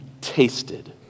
tasted